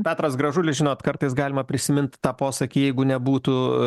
petras gražulis žinot kartais galima prisimint tą posakį jeigu nebūtų